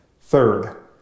Third